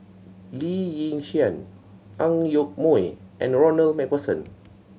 Lee Yi Shyan Ang Yoke Mooi and Ronald Macpherson